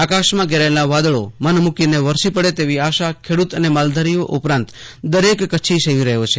આકાશમાં ઘેરાયેલા વાદળો મન મૂકીને વરસી પડે તેવી આશા ખેડ્રત અને માલધારીઓ ઉપરાંત દરેક કચ્છી સેવી રહ્યા છે